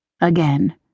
Again